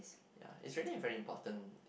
ya is really very important it's